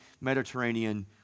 Mediterranean